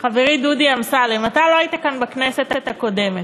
חברי דודי אמסלם, אתה לא היית כאן בכנסת הקודמת,